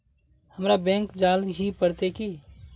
हमरा बैंक जाल ही पड़ते की?